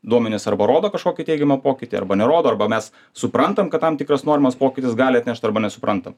duomenys arba rodo kažkokį teigiamą pokytį arba nerodo arba mes suprantam ką tam tikras norimas pokytis gali atnešt arba nesuprantam